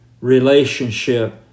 relationship